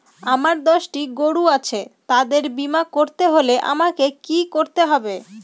আমার দশটি গরু আছে তাদের বীমা করতে হলে আমাকে কি করতে হবে?